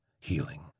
healing